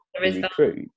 recruit